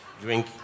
drink